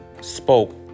spoke